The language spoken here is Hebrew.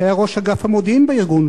שהיה ראש אגף המודיעין בארגון.